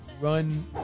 run